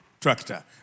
tractor